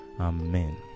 Amen